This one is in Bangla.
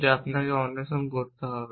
যা আপনাকে অন্বেষণ করতে হবে